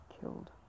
killed